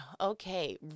Okay